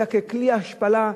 אלא כלי השפלה,